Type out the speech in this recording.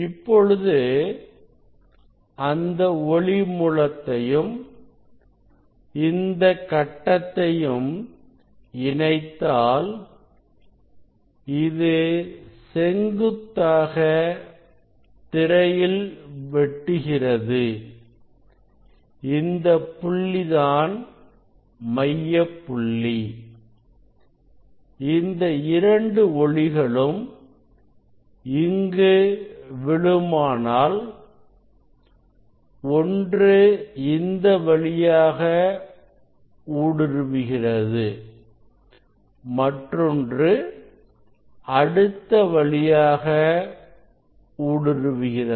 இப்பொழுது அந்த ஒளி மூலத்தையும் இந்த கட்டத்தையும்இணைத்தால் இது செங்குத்தாக திரையில் வெட்டுகிறது இந்தப் புள்ளி தான் மையப்புள்ளி இந்த இரண்டு ஒளிகளும் இங்கு விழுமானால் ஒன்று இந்த வழியாக ஊடுருவுகிறது மற்றொன்று அடுத்த வழியாக ஊடுருவுகிறது